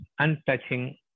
untouching